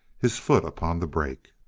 his foot upon the brake.